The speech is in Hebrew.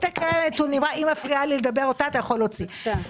היא מפריעה לי לדבר, אתה יכול להוציא אותה.